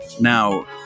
Now